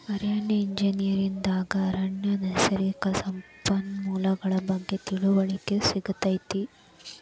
ಅರಣ್ಯ ಎಂಜಿನಿಯರ್ ದಾಗ ಅರಣ್ಯ ನೈಸರ್ಗಿಕ ಸಂಪನ್ಮೂಲಗಳ ಬಗ್ಗೆ ತಿಳಿವಳಿಕೆ ಸಿಗತೈತಿ